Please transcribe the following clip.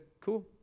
cool